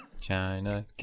china